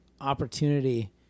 opportunity